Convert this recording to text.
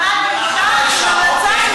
מעמד האישה,